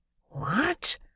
What